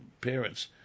parents